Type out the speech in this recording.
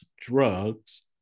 drugs